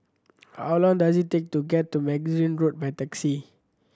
how long does it take to get to Magazine Road by taxi